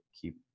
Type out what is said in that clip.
keep